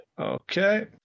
okay